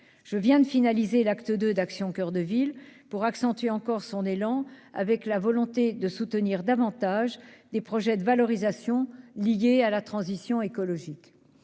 Je viens de finaliser l'acte II d'Action coeur de ville, pour accentuer encore son élan, avec la volonté de soutenir davantage des projets de valorisation liés à la transition écologique.